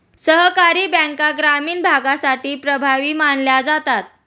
सहकारी बँका ग्रामीण भागासाठी प्रभावी मानल्या जातात